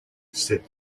said